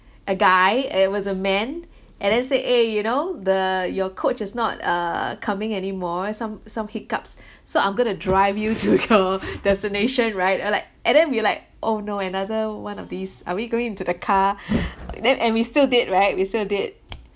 a guy and it was a man and then said eh you know the your coach is not uh coming anymore some some hiccups so I'm going to drive you to your destination right and I'm like and then we like oh no another one of these are we going into the car then and we still did right we still did